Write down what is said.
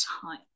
time